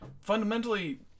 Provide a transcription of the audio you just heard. fundamentally